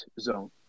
zone